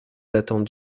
datant